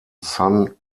san